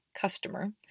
customer